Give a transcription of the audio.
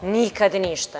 Nikada ništa.